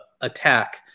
attack